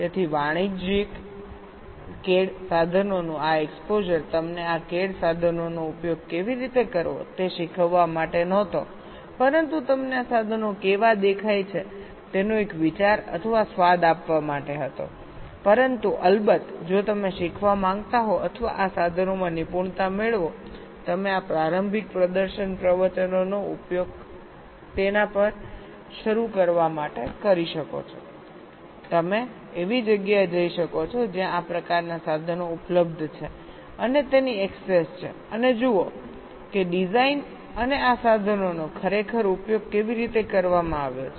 તેથી વાણિજ્યિક CAD સાધનોનું આ એક્સપોઝર તમને આ CAD સાધનોનો ઉપયોગ કેવી રીતે કરવો તે શીખવવા માટે નહોતો પરંતુ તમને આ સાધનો કેવા દેખાય છે તેનો એક વિચાર અથવા સ્વાદ આપવા માટે હતો પરંતુ અલબત્ત જો તમે શીખવા માંગતા હો અથવા આ સાધનોમાં નિપુણતા મેળવો તમે આ પ્રારંભિક પ્રદર્શન પ્રવચનોનો ઉપયોગ તેના પર શરૂ કરવા માટે કરી શકો છો તમે એવી જગ્યાએ જઈ શકો છો જ્યાં આ પ્રકારના સાધનો ઉપલબ્ધ છે અને તેની એક્સેસ છે અને જુઓ કે ડિઝાઇન અને આ સાધનોનો ખરેખર ઉપયોગ કેવી રીતે કરવામાં આવ્યો છે